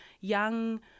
young